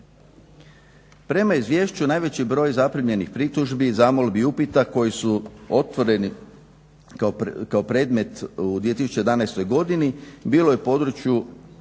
Prema izvješću najveći broj zaprimljenih pritužbi, zamolbi i upita koji su otvoreni kao predmet u 2011. godini bilo je u području